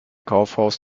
kaufhaus